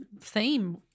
theme